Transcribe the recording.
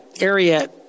area